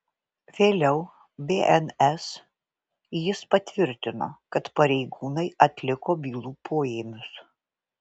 vėliau bns jis patvirtino kad pareigūnai atliko bylų poėmius